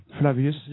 Flavius